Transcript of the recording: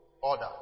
order